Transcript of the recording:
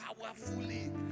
powerfully